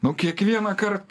nu kiekvieną kart